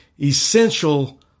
essential